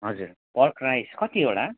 हजुर पर्क राइस कतिवटा